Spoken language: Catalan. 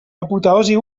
apoteosi